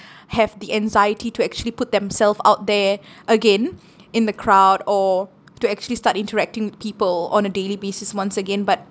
have the anxiety to actually put themselves out there again in the crowd or to actually start interacting with people on a daily basis once again but